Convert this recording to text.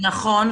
נכון.